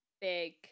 big